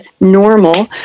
normal